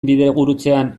bidegurutzean